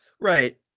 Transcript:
Right